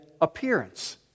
appearance